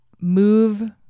move